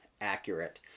accurate